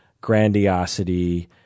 grandiosity